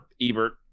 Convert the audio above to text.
ebert